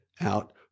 out